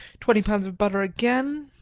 twenty pounds of butter again.